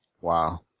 wow